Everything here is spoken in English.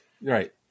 Right